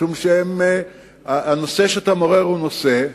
משום שהנושא שאתה מעורר הוא נושא חשוב.